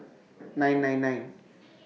nine nine nine